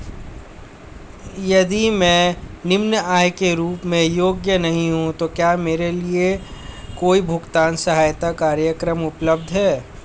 यदि मैं निम्न आय के रूप में योग्य नहीं हूँ तो क्या मेरे लिए कोई भुगतान सहायता कार्यक्रम उपलब्ध है?